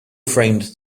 framed